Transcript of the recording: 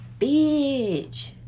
bitch